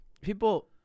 People